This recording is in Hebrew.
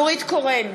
נורית קורן,